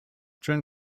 during